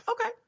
Okay